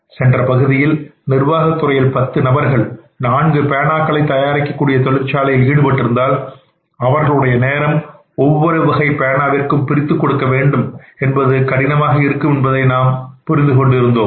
சென்ற பகுதியில் நிர்வாகத்துறையில் பத்து நபர்கள் நான்கு பேனாக்களை தயாரிக்கக்கூடிய தொழிற்சாலையில் ஈடுபட்டிருந்தால் எவ்வாறு அவர்களுடைய நேரம் ஒவ்வொரு வகையான பேனாவிற்கும் பிரித்துக் கொடுக்க வேண்டும் என்பது கடினமாக இருக்கும் என்பதை நாம் புரிந்து கொள்வோமாக